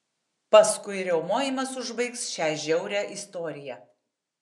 paskui riaumojimas užbaigs šią žiaurią istoriją